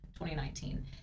2019